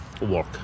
work